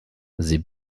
sie